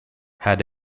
had